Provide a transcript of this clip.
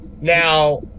Now